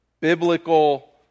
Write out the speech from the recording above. Biblical